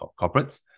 corporates